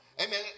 Amen